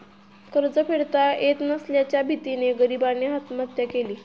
कर्ज फेडता येत नसल्याच्या भीतीने गरीबाने आत्महत्या केली